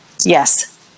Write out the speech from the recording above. yes